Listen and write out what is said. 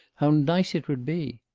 how nice it would be!